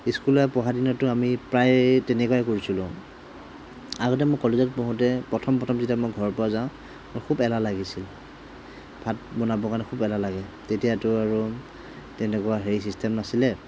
স্কুলীয়া পঢ়া দিনতো আমি প্ৰায় তেনেকুৱাই কৰিছিলোঁ আগতে মোক কলেজত পঢ়োঁতে প্ৰথম প্ৰথম যেতিয়া মই ঘৰৰ পৰা যাওঁ মোৰ খুব এলাহ লাগিছিল ভাত বনাবৰ কাৰণে খুব এলাহ লাগে তেতিয়াতো আৰু তেনেকুৱা হেৰি চিষ্টেম নাছিলে